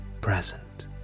present